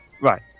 Right